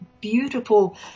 beautiful